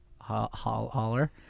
holler